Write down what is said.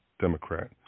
Democrat